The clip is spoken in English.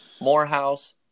Morehouse